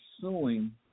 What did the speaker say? suing